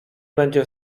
będzie